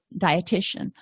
dietitian